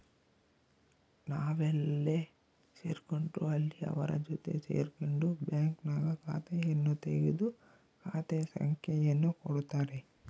ನಾವೆಲ್ಲೇ ಸೇರ್ಕೊಂಡ್ರು ಅಲ್ಲಿ ಅವರ ಜೊತೆ ಸೇರ್ಕೊಂಡು ಬ್ಯಾಂಕ್ನಾಗ ಖಾತೆಯನ್ನು ತೆಗೆದು ಖಾತೆ ಸಂಖ್ಯೆಯನ್ನು ಕೊಡುತ್ತಾರೆ